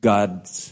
God's